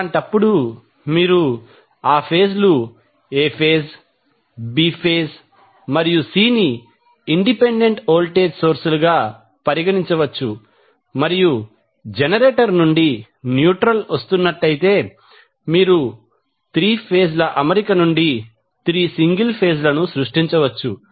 అలాంటప్పుడు మీరు ఆ ఫేజ్ లు A ఫేజ్ B ఫేజ్ మరియు C ని 3 ఇండిపెండెంట్ వోల్టేజ్ సోర్స్ లు గా పరిగణించవచ్చు మరియు మీరు జనరేటర్ నుండి న్యూట్రల్ వస్తున్నట్లయితే మీరు 3 ఫేజ్ ల అమరిక నుండి 3 సింగిల్ ఫేజ్ లను సృష్టించవచ్చు